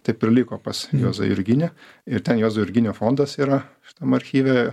taip ir liko pas juozą jurginį ir ten juozo jurginio fondas yra šitam archyve